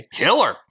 killer